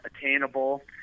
attainable